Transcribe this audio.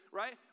right